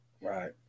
Right